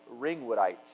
ringwoodite